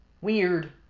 weird